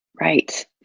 Right